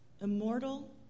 immortal